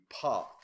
park